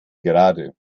gerade